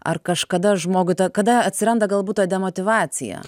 ar kažkada žmogui kada atsiranda galbūt ta demotyvacija